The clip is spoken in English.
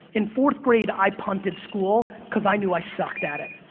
in fourth grade i punted school because i knew i sucked at it,